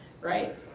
right